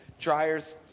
dryers